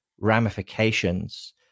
ramifications